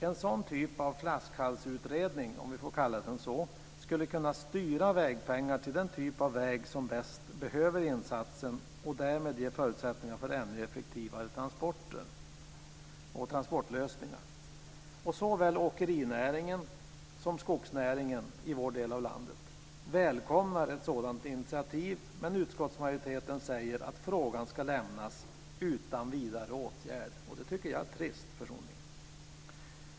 En sådan typ av flaskhalsutredning, om jag får kalla den så, skulle kunna styra vägpengar till den typ av väg som bäst behöver insatsen och därmed ge förutsättningar för ännu effektivare transporter och transportlösningar. Såväl åkerinäringen som skogsnäringen i vår del av landet välkomnar ett sådant initiativ, men utskottsmajoriteten säger att frågan ska lämnas utan vidare åtgärd. Jag tycker personligen att det är trist.